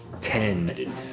Ten